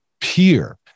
peer